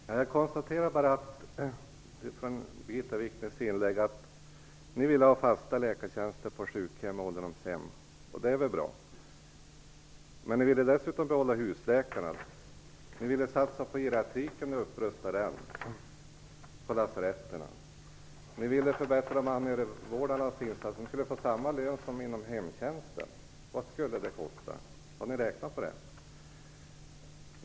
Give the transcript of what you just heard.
Herr talman! Jag konstaterar bara att Moderaterna vill ha fasta läkartjänster på sjukhem och ålderdomshem, och det är väl bra. Men ni ville dessutom behålla husläkarna, ni ville satsa på geriatriken och upprusta den på lasaretten, och ni ville förbättra anhörigvårdarnas insats så att de skulle få samma lön som inom hemtjänsten. Vad skulle det kosta? Har ni räknat på det?